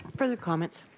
further comments?